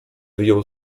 wyjął